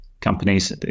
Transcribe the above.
companies